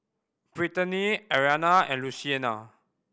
Brittany Ariana and Luciana